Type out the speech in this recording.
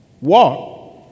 Walk